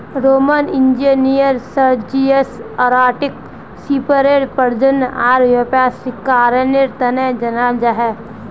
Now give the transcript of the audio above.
Roman engineer Sergius ओराटाक सीपेर प्रजनन आर व्यावसायीकरनेर तने जनाल जा छे